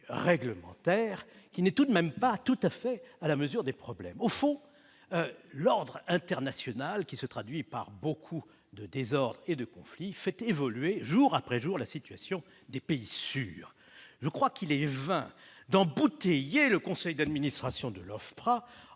réglementaire qui n'est pas tout à fait à la mesure du problème. Au fond, l'ordre international, qui se traduit par beaucoup de désordres et de conflits, fait évoluer jour après jour la situation des pays sûrs. Il est vain d'embouteiller le conseil d'administration de l'OFPRA